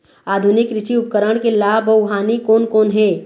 आधुनिक कृषि उपकरण के लाभ अऊ हानि कोन कोन हे?